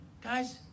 Guys